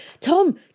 tom